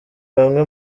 bamwe